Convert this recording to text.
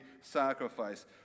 sacrifice